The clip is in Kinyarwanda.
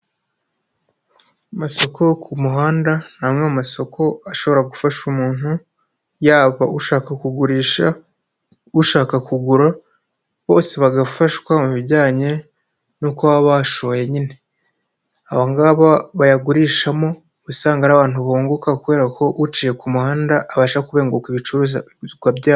Amasoko yo ku muhanda ni amwe mu masosoko ashobora gufasha umuntu yaba ushaka kugurisha, ushaka kugura, bose bagafashwa mu bijyanye no kuba bashoye nyine, aba ngaba bayagurishamo uba usanga ari abantu bunguka kubera ko uciye ku muhanda abasha kubenguka ibicuruzwarwa byabo.